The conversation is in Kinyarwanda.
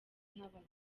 nk’abagabo